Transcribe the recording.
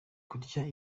kurya